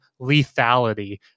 lethality